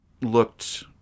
looked